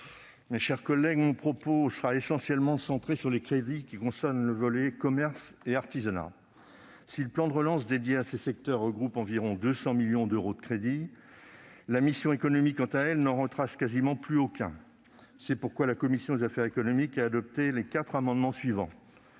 mes chers collègues, mon propos sera essentiellement centré sur les crédits qui concernent le volet « Commerce et artisanat ». Si le plan de relance dédié à ces secteurs regroupe environ 200 millions d'euros de crédits, la mission « Économie », quant à elle, n'en retrace quasiment plus aucun. C'est pourquoi la commission des affaires économiques a adopté quatre amendements.